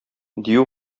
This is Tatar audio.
дию